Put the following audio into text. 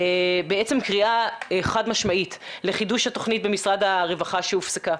בעצם קריאה חד משמעית לחידוש התכנית במשרד הרווחה שהופסקה,